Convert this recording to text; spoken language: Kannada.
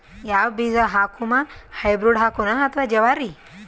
ಯಾವ ಬೀಜ ಹಾಕುಮ, ಹೈಬ್ರಿಡ್ ಹಾಕೋಣ ಅಥವಾ ಜವಾರಿ?